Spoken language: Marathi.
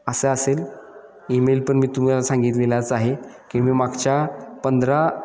असं असेल ईमेल पण मी तुम्हाला सांगितलेलाच आहे की मी मागच्या पंधरा